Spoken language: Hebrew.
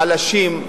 החלשים,